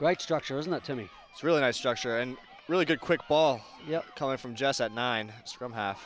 great structures and it to me it's really nice structure and really good quick ball yeah coming from just that nine scrum half